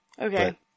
Okay